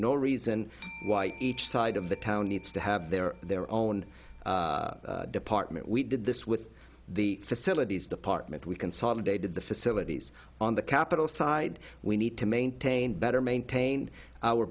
no reason why each side of the town needs to have their their own department we did this with the facilities department we consolidated the facilities on the capital side we need to maintain better maintain our